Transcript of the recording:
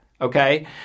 Okay